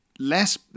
less